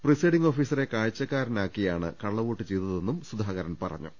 പ്രിസ്നൈഡിങ് ഓഫീസറെ കാഴ്ച ക്കാരാക്കിയാണ് കള്ളവോട്ട് ചെയ്തതെന്നും സുധാകരൻ പറഞ്ഞു